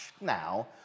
Now